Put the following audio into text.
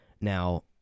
Now